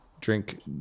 drink